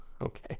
Okay